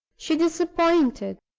she disappointed,